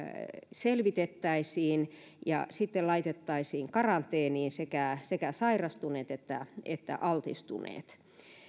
selvitettäisiin ja sitten laitettaisiin karanteeniin sekä sekä sairastuneet että että altistuneet